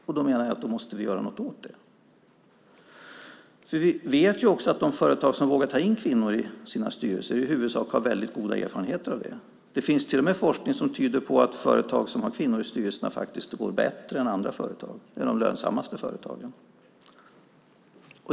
Och då menar jag att vi måste göra någonting åt det. Vi vet att de företag som vågar ta in kvinnor i sina styrelser i huvudsak har mycket goda erfarenheter av det. Det finns forskning som till och med tyder på att företag som har kvinnor i styrelserna går bättre än andra företag, de är de lönsammaste företagen.